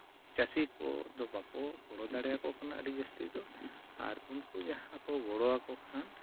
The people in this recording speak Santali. ᱪᱟᱹᱥᱤ ᱠᱚᱫᱚ ᱵᱟᱠᱚ ᱜᱚᱲᱚ ᱫᱟᱲᱮᱭᱟᱠᱚ ᱠᱟᱱᱟ ᱟᱹᱰᱤ ᱡᱟᱹᱥᱛᱤ ᱫᱚ ᱟᱨ ᱩᱱᱠᱩ ᱡᱟᱦᱟᱸ ᱠᱚ ᱜᱚᱲᱚᱣᱟᱠᱚ ᱠᱷᱟᱱ